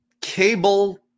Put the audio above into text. cable